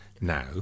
now